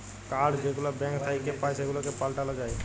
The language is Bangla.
কাড় যেগুলা ব্যাংক থ্যাইকে পাই সেগুলাকে পাল্টাল যায়